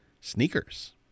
Sneakers